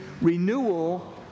Renewal